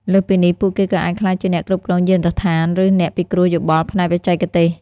លើសពីនេះ ពួកគេក៏អាចក្លាយជាអ្នកគ្រប់គ្រងយានដ្ឋានឬអ្នកពិគ្រោះយោបល់ផ្នែកបច្ចេកទេស។